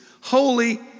holy